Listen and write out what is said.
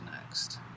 next